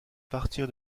partir